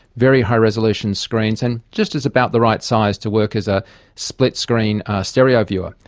very high resolution screens, and just is about the right size to work as a split screen stereo viewer.